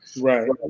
Right